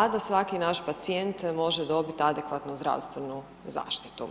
a da svaki naš pacijent može dobiti adekvatno zdravstvenu zaštitu.